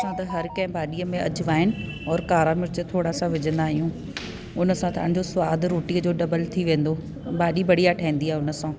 मां त हर कंहिं भाॼीअ में अजवाइन और कारा मिर्च थोरा सां विझंदा आहियूं हुन सां तव्हांजो सवादु रोटीअ जो डबल थी वेंदो भाॼी बढ़िया ठहंदी आहे हुन सां